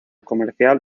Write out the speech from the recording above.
comercial